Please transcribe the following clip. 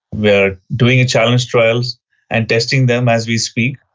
we are doing challenge trials and testing them as we speak.